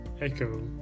Echo